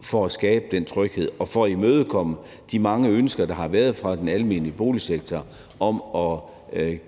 for at skabe den tryghed og for at imødekomme de mange ønsker, der har været fra den almene boligsektor, om at